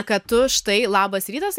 ką tu štai labas rytas